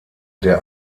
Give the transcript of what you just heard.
der